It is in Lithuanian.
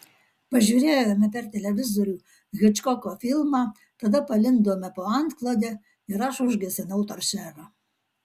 pažiūrėjome per televizorių hičkoko filmą tada palindome po antklode ir aš užgesinau toršerą